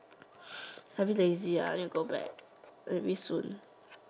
a bit lazy ah need to go back May be soon